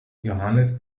johannes